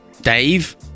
Dave